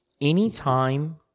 Anytime